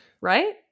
right